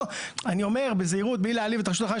אני אומר בזהירות ובלי להעליב את רשות החשמל,